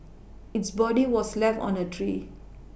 its body was left on a tree